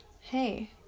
hey